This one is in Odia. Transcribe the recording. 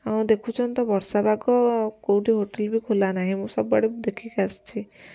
ଆଉ ଦେଖୁଛନ୍ତି ତ ବର୍ଷା ପାଗ କେଉଁଠି ହୋଟେଲ ବି ଖୋଲା ନାହିଁ ମୁଁ ସବୁ ଆଡ଼େ ଦେଖିକି ଆସିଛି